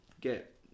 get